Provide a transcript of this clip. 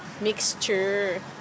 mixture